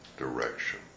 direction